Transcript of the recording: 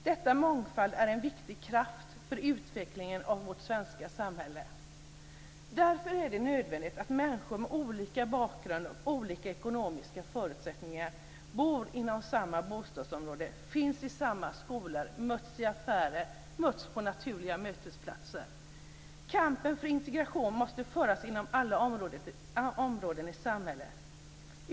Denna mångfald är en viktig kraft för utvecklingen av vårt svenska samhälle. Därför är det nödvändigt att människor med olika bakgrunder och olika ekonomiska förutsättningar bor inom samma bostadsområde, finns i samma skolor, möts i affärer och på naturliga mötesplatser. Kampen för integration måste föras inom alla områden i samhället.